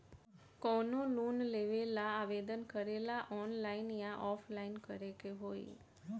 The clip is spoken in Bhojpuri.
कवनो लोन लेवेंला आवेदन करेला आनलाइन या ऑफलाइन करे के होई?